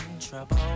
trouble